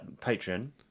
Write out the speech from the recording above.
patron